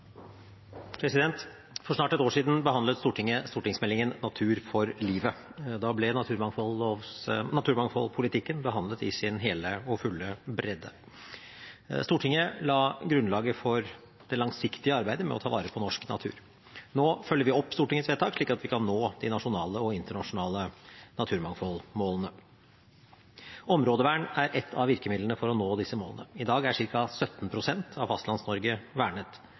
For snart et år siden behandlet Stortinget stortingsmeldingen Natur for livet. Da ble naturmangfoldpolitikken behandlet i sin hele og fulle bredde. Stortinget la grunnlaget for det langsiktige arbeidet med å ta vare på norsk natur. Nå følger vi opp Stortingets vedtak slik at vi kan nå de nasjonale og internasjonale naturmangfoldmålene. Områdevern er ett av virkemidlene for å nå disse målene. I dag er ca. 17 pst. av Fastlands-Norge vernet.